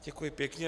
Děkuji pěkně.